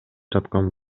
жаткан